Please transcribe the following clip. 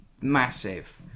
Massive